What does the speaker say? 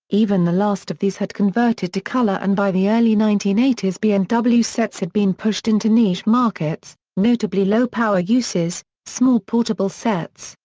even the last of these had converted to color and by the early nineteen eighty s b and w sets had been pushed into niche markets, notably low-power uses, small portable sets,